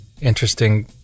interesting